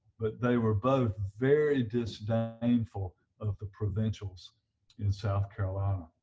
but they were both very disdainful of the provincials in south carolina.